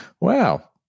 Wow